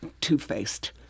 two-faced